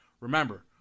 remember